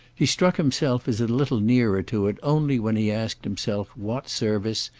he struck himself as a little nearer to it only when he asked himself what service,